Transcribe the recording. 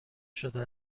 شده